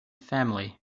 family